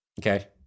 Okay